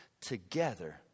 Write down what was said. together